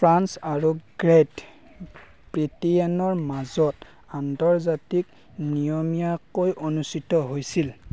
France আৰু great ব্ৰিটিয়েনৰ মাজত আন্তৰজাতিক নিয়মীয়াকৈ অনুষ্ঠিত হৈছিল